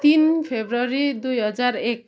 तिन फरवरी दुई हजार एक